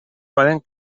poden